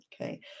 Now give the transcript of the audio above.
Okay